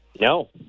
No